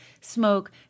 smoke